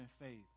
faith